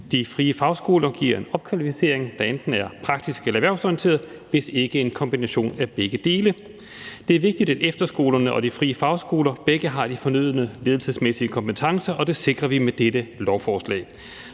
De frie fagskoler giver en opkvalificering, der enten er praktisk eller erhvervsorienteret, hvis ikke en kombination af begge dele. Det er vigtigt, at efterskolerne og de frie fagskoler begge har de fornødne ledelsesmæssige kompetencer, og det sikrer vi med dette lovforslag.